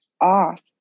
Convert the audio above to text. off